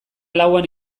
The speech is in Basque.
lauan